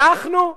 אנחנו?